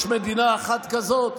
יש מדינה אחת כזאת,